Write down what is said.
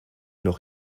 noch